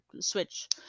Switch